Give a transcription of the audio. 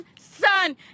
son